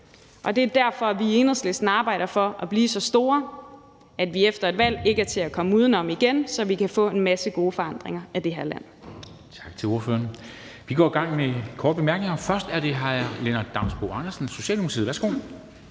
og det er derfor, at vi i Enhedslisten arbejder for at blive så store, at vi efter et valg ikke er til at komme uden om igen, så vi kan få en masse gode forandringer af det her land. Kl. 13:51 Formanden (Henrik Dam Kristensen): Tak til ordføreren. Vi går i gang med korte bemærkninger. Først er det hr. Lennart Damsbo-Andersen, Socialdemokratiet. Værsgo.